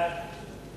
חוק הבחירות לכנסת (תיקון מס' 58),